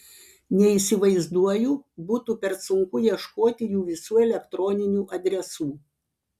neįsivaizduoju būtų per sunku ieškoti jų visų elektroninių adresų